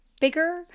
bigger